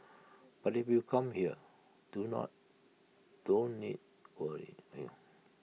but if you come here do not don't need to worry you